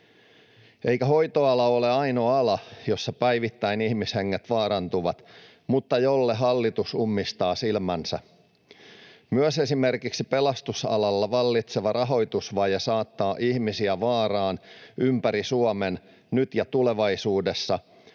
Eikä hoitoala ole ainoa ala, jossa päivittäin ihmishenget vaarantuvat mutta jolle hallitus ummistaa silmänsä. Myös esimerkiksi pelastusalalla vallitseva rahoitusvaje saattaa ihmisiä vaaraan ympäri Suomen nyt ja tulevaisuudessa,